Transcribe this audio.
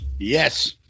Yes